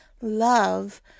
love